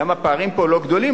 אז גם הפערים כאן לא גדולים,